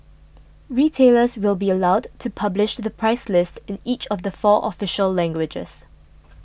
retailers will be allowed to publish the price list in each of the four official languages